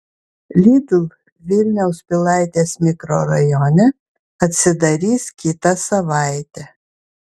lidl vilniaus pilaitės mikrorajone atsidarys kitą savaitę